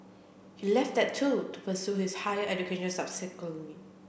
he left that too to pursue his higher education subsequently